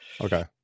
okay